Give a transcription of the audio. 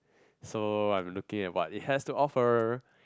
so I'm looking at what it has to offer